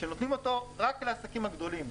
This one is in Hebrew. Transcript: שנותנים אותו רק לעסקים הגדולים,